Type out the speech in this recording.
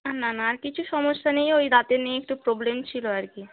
না না আর কিছু সমস্যা নেই ওই দাঁতের নিয়েই একটু প্রবলেম ছিল আর কি